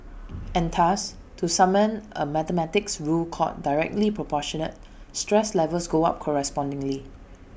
and thus to summon A mathematics rule called directly Proportional stress levels go up correspondingly